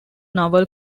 novel